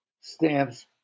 stamps